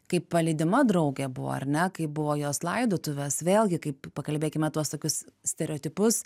kaip palydima draugė buvo ar ne kaip buvo jos laidotuvės vėlgi kaip pakalbėkime tuos tokius stereotipus